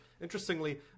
interestingly